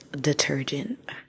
detergent